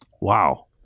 Wow